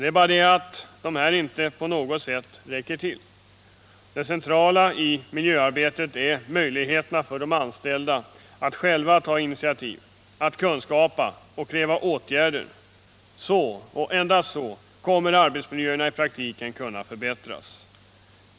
Det är bara det att dessa inte på något sätt räcker till. Det centrala i miljöarbetet är möjligheterna för de anställda att själva ta initiativ, att kunskapa och att kräva åtgärder. Så — och endast så — kommer arbetsmiljöerna i praktiken att kunna förbättras.